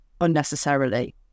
unnecessarily